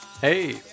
hey